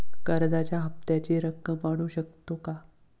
कर्जाच्या हप्त्याची रक्कम वाढवू शकतो का?